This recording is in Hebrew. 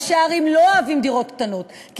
ראשי הערים לא אוהבים דירות קטנות כי